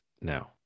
now